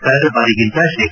ಕಳೆದ ಬಾರಿಗಿಂತ ಶೇ